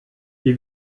wie